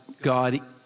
God